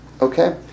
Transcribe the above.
Okay